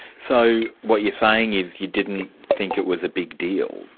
so what you're saying is, you didn't think it was a big deal?